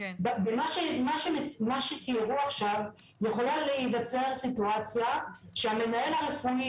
במה שתיארו עכשיו יכולה להיווצר סיטואציה שהמנהל הרפואי